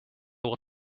will